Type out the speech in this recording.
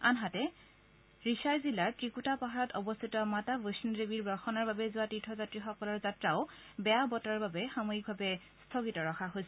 আনহাতে ঋছাই জিলাৰ ৱিকুটা পাহাৰত অৱস্থিত মাতা বৈষ্ণ দেৱীৰ দৰ্শনৰ বাবে যোৱা তীৰ্থযাত্ৰীসকলৰ যাত্ৰাও বেয়া বতৰৰ বাবে সাময়িকভাৱে স্বগিত ৰখা হৈছে